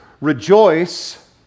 rejoice